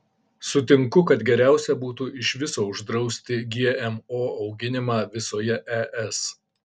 sutinku kad geriausia būtų iš viso uždrausti gmo auginimą visoje es